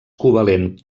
covalent